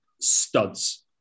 studs